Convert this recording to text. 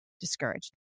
discouraged